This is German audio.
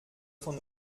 von